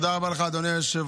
תודה רבה לך, אדוני היושב-ראש.